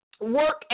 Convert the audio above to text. Work